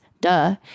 Duh